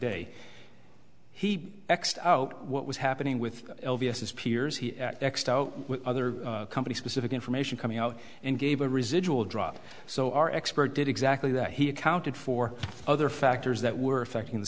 day he xed out what was happening with his peers he other company specific information coming out and gave a residual drop so our expert did exactly that he accounted for other factors that were affecting the